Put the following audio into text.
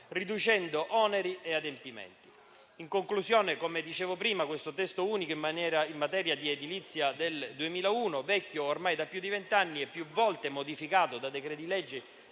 riducendo oneri e adempimenti. In conclusione, come dicevo prima, il testo unico in materia di edilizia del 2001, vecchio ormai di più di vent'anni e più volte modificato da decreti-legge